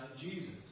Jesus